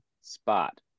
spot